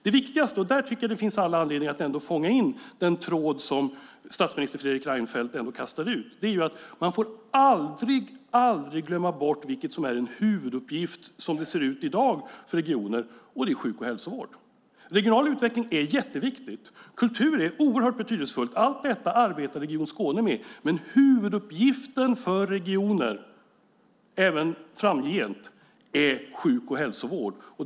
Det viktigaste - och där tycker jag att det finns all anledning att fånga in den tråd som statsminister Fredrik Reinfeldt kastade ut - är att man aldrig får glömma bort vad som är en huvuduppgift, som det ser ut i dag, för regioner, nämligen sjuk och hälsovård. Regional utveckling är jätteviktig. Kultur är oerhört betydelsefull. Allt detta arbetar vi med i Skåne, men huvuduppgiften för regioner även framgent är sjuk och hälsovård.